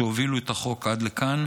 שהובילו את החוק עד לכאן.